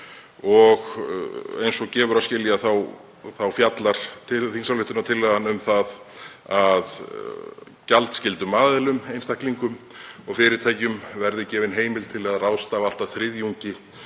og eins og gefur að skilja þá fjallar þingsályktunartillagan um að gjaldskyldum aðilum, einstaklingum og fyrirtækjum, verði gefin heimild til að ráðstafa allt að þriðjungi